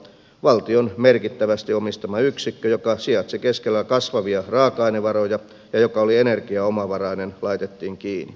valtion merkittävästi omistama yksikkö joka sijaitsi keskellä kasvavia raaka ainevaroja ja joka oli energiaomavarainen laitettiin kiinni